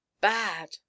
bad